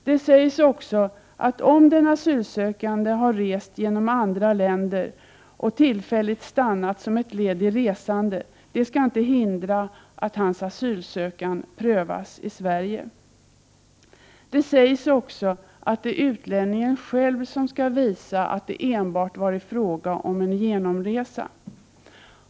Det sägs också, att om den asylsökande har rest genom andra länder och tillfälligt stannat som ett led i resandet, skall detta inte hindra att hans asylansökan prövas i Sverige. Det sägs också att det är utlänningen själv som skall visa att det enbart har varit fråga om en genomresa.